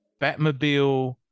Batmobile